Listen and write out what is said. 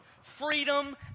freedom